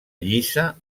lliça